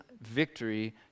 victory